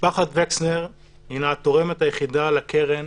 משפחת וקסנר היא התורמת היחידה לקרן